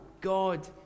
God